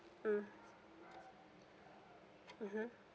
mm mmhmm